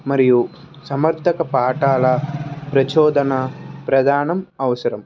మరియు సమర్ధక పాఠాల ప్రచోదన ప్రధానం అవసరం